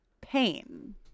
pain